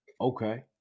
Okay